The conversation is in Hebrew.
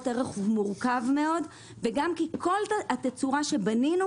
ערך מורכב מאוד וגם כי כל התצורה שבנינו,